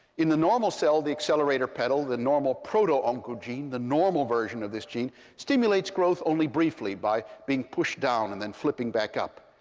in the normal cell, the accelerator pedal, the normal proto-oncogene, the normal version of this gene, stimulates growth only briefly by being pushed down and then flipping back up.